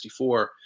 1964